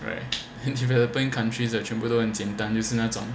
right and developing countries that 全部都很简单就是那种